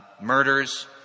murders